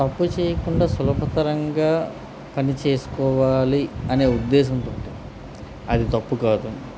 తప్పు చేయకుండా సులభతరంగా పని చేసుకోవాలి అనే ఉద్దేశం అది తప్పు కాదు